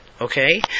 Okay